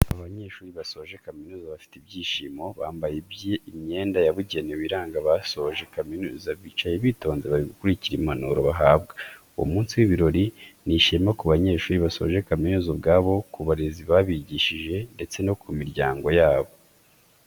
Abanyeshuri basoje kamizuza bafite ibyishimo, bambaye imyenda yabugenewe iranga abasoje kaminuza bicaye bitonze bari gukurikira impanuro bahabwa, uwo munsi w'ibirori ni ishema ku banyeshuri basoje kaminuza ubwabo, ku barezi babigishije ndetse no ku miryango yabo.